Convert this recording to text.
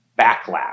backlash